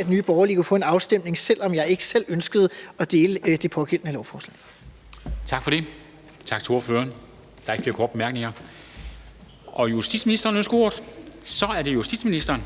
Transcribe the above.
at Nye Borgerlige kunne få en afstemning, selv om jeg ikke selv ønskede at dele det pågældende lovforslag. Kl. 11:07 Formanden (Henrik Dam Kristensen): Tak for det, og tak til ordføreren. Der er ikke flere korte bemærkninger. Og justitsministeren ønsker ordet? Så er det justitsministeren.